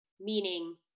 Meaning